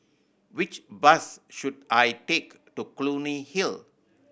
which bus should I take to Clunny Hill